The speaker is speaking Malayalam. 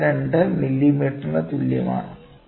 722 മില്ലിമീറ്ററിന് തുല്യമാണ്